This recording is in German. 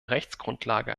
rechtsgrundlage